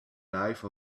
life